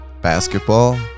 Basketball